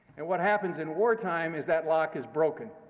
and what happens in wartime is that lock is broken.